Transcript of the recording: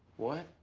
what?